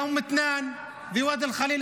באום מתנאן, בוואדי אל-חליל.